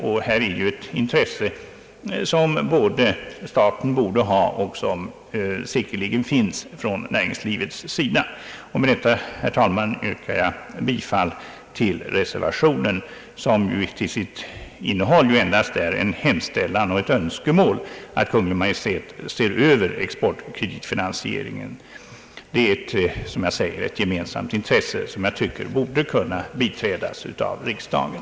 Att här få en förbättring till stånd borde vara ett intresse gemensamt för både staten och näringslivet. Med detta, herr talman, yrkar jag bifall till reservationen, i vilken endast hemställes hos Kungl. Maj:t om en översyn beträffande exportkreditfinansieringen. Detta förslag borde kunde biträdas av riksdagen.